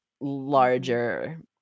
larger